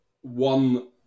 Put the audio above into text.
one